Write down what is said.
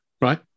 Right